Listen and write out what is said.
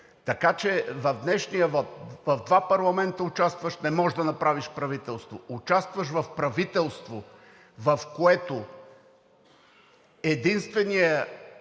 Така че в днешния вот – в два парламента участваш, не можеш да направиш правителство. Участваш в правителство, в което единственият